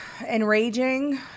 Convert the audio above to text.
enraging